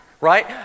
right